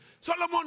Solomon